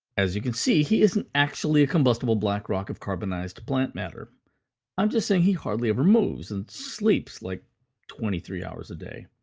as you can see, he isn't actually a combustible black rock of carbonized plant matter i'm just saying he hardly ever moves and sleeps like twenty three hours a day.